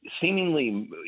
seemingly